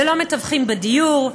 ללא מתווכים בדיור,